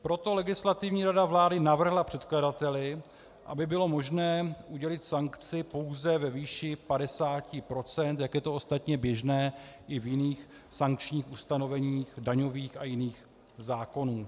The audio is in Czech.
Proto Legislativní rada vlády navrhla předkladateli, aby bylo možné udělit sankci pouze ve výši 50 %, jak je to ostatně běžné i v jiných sankčních ustanoveních daňových a jiných zákonů.